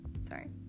Sorry